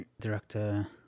director